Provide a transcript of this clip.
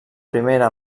primera